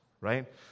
right